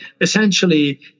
essentially